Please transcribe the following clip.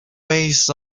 based